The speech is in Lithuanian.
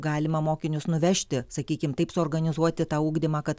galima mokinius nuvežti sakykim taip suorganizuoti tą ugdymą kad